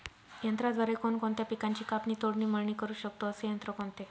यंत्राद्वारे कोणकोणत्या पिकांची कापणी, तोडणी, मळणी करु शकतो, असे यंत्र कोणते?